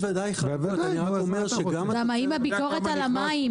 וגם האם הביקורת על המים